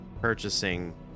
purchasing